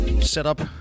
setup